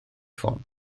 ffôn